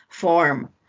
form